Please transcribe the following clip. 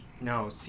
No